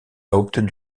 obtenu